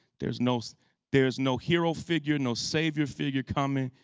there's no so there's no hero figure, no savior figure coming.